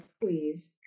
please